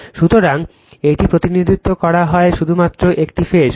সুতরাং এটি প্রতিনিধিত্ব করা হয় শুধুমাত্র একটি ফেজ